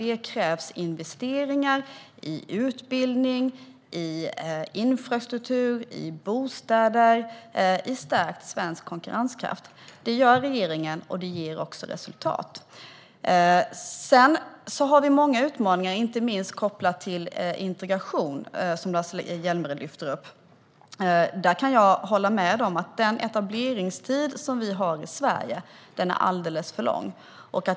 Det krävs investeringar i utbildning, infrastruktur, bostäder och i stärkt svensk konkurrenskraft. Det gör regeringen, och det ger också resultat. Vi har många utmaningar, inte minst kopplat till integration, som Lars Hjälmered lyfter upp. Där kan jag hålla med om att den etableringstid som vi har i Sverige är alldeles för lång.